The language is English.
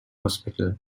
hospital